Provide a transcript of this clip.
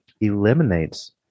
eliminates